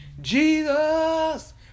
Jesus